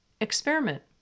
experiment